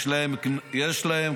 מאיפה אתה --- יש להם גפנים,